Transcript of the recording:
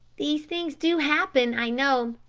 these things do happen, i know,